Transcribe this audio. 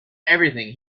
everything